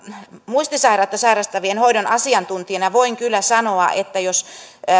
muistisairautta sairastavien hoidon asiantuntijana voin kyllä sanoa että jos